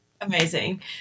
amazing